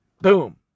Boom